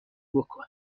بـکـن